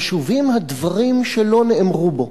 חשובים הדברים שלא נאמרו בו.